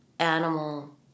Animal